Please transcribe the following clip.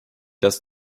das